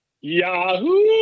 yahoo